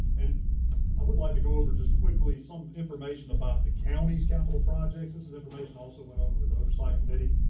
and i would like to go over just quickly some information about the county's capital projects. this is information also went over the oversight committee,